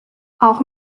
auch